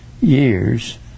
years